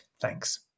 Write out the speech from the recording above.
Thanks